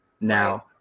Now